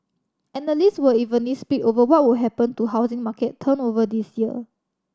analysts were evenly split over what would happen to housing market turnover this year